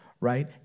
Right